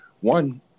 one